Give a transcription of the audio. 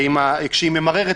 קרעי.